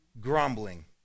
grumbling